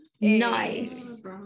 Nice